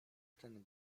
ten